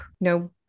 no